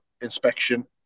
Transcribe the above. inspection